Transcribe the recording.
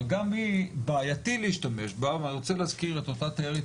אבל גם היא בעייתי להשתמש בה ואני רוצה להזכיר את אותה תיירת